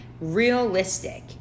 Realistic